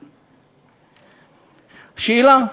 שאלה: